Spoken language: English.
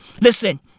listen